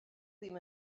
ddim